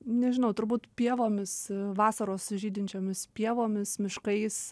nežinau turbūt pievomis vasaros žydinčiomis pievomis miškais